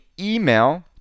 email